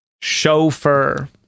chauffeur